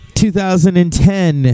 2010